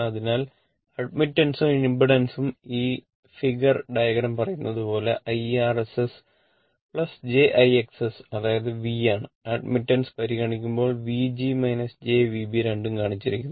അതിനാൽ അഡ്മിറ്റൻസും ഇംപെഡൻസും ഈ ഫിഗർ ഡയഗ്രം പറയുന്ന പോലെ IRs jIXS അതായത് V ആണ് അഡ്മിറ്റൻസ് പരിഗണിക്കുമ്പോൾ V g jVb രണ്ടും കാണിച്ചിരിക്കുന്നു